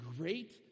great